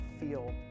feel